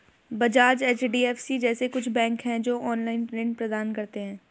Bajaj, HDFC जैसे कुछ bank है, जो ऑनलाईन ऋण प्रदान करते हैं